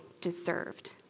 deserved